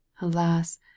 Alas